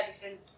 different